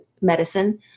medicine